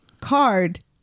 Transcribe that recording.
card